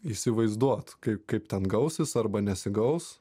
įsivaizduot kaip kaip ten gausis arba nesigaus